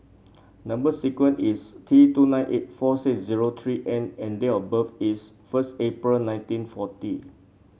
number sequence is T two nine eight four six zero three N and date of birth is first April nineteen forty